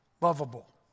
lovable